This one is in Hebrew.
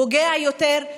פוגע יותר,